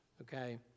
okay